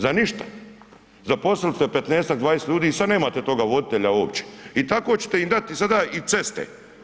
Za ništa, zaposlili ste 15-ak, 20 ljudi i sad nemate toga voditelja uopće i tako ćete im dati sada i ceste.